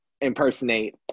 Impersonate